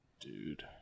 Dude